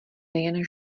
nejen